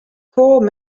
core